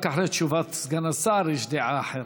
רק אחרי תשובת סגן השר יש דעה אחרת.